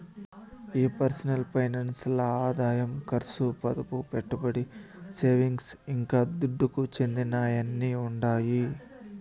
ఈ personal finance ల్ల ఆదాయం కర్సు, పొదుపు, పెట్టుబడి, సేవింగ్స్, ఇంకా దుడ్డుకు చెందినయ్యన్నీ ఉండాయి